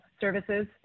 services